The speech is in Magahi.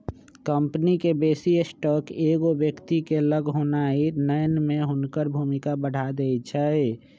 कंपनी के बेशी स्टॉक एगो व्यक्ति के लग होनाइ नयन में हुनकर भूमिका बढ़ा देइ छै